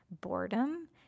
boredom